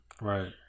Right